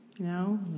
No